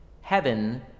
heaven